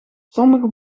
sommige